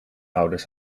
ouders